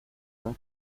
کنه